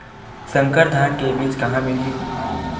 संकर धान के बीज कहां मिलही?